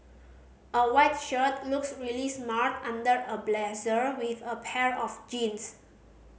a white shirt looks really smart under a blazer with a pair of jeans